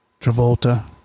Travolta